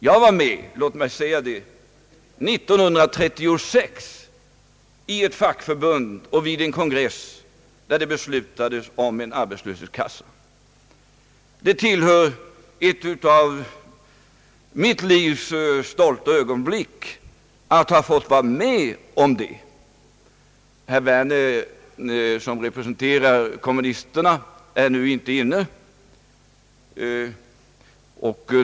Jag var med — låt mig berätta om det — år 1936 i ett fackförbund och vid en kongress, där det beslutades om en arbetslöshetskassa. Det tillhör ett av mitt livs stolta ögonblick att ha fått vara med om det. Herr Werner, som representerar kommunisterna, är nu inte inne i kammaren.